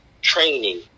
Training